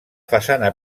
façana